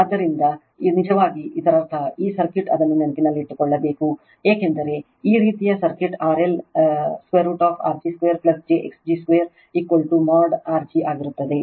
ಆದ್ದರಿಂದ ಇದು ನಿಜವಾಗಿ ಇದರರ್ಥ ಈ ಸರ್ಕ್ಯೂಟ್ ಅದನ್ನು ನೆನಪಿನಲ್ಲಿಟ್ಟುಕೊಳ್ಳಬೇಕು ಏಕೆಂದರೆ ಈ ರೀತಿಯ circuit RL √R g 2 j x g 2 mode g ಆಗಿರುತ್ತದೆ